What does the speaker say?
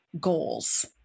goals